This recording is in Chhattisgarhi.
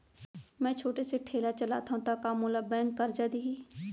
मैं छोटे से ठेला चलाथव त का मोला बैंक करजा दिही?